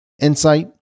insight